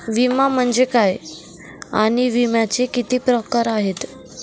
विमा म्हणजे काय आणि विम्याचे किती प्रकार आहेत?